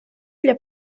для